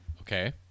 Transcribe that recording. Okay